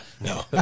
no